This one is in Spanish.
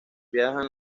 viajan